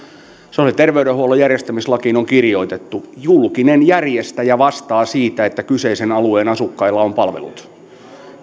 sosiaali ja terveydenhuollon järjestämislakiin on kirjoitettu julkinen järjestäjä vastaa siitä että kyseisen alueen asukkailla on palvelut